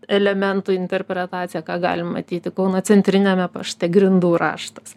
elementų interpretacija ką galima matyti kauno centriniame pašte grindų raštas